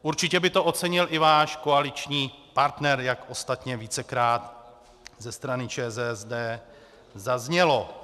Určitě by to ocenil i váš koaliční partner, jak ostatně vícekrát ze strany ČSSD zaznělo.